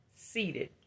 Seated